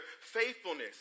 faithfulness